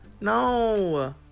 No